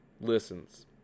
listens